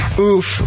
Oof